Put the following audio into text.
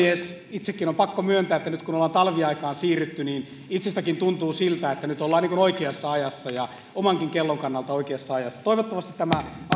puhemies on pakko myöntää että nyt kun ollaan talviaikaan siirrytty niin itsestänikin tuntuu siltä että nyt ollaan niin kuin oikeassa ajassa ja omankin kellon kannalta oikeassa ajassa toivottavasti tämä